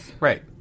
Right